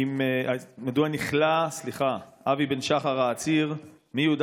מדוע נכלא אבי בן שחר, העציר מיהודה